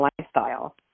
lifestyle